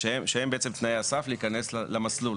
שהם בעצם תנאי הסף להיכנס למסלול.